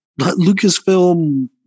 Lucasfilm